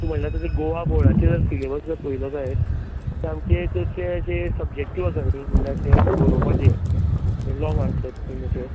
तूं म्हणटा तशें गोवा बोर्डाचे जर सिलेबस जर पयलो जायत जाल्यार आमचे त्या हेजेर सबजेक्टीव आसा न्ही म्हळ्यार तें बरोवपाचें लोंग आनसर्स बी तशें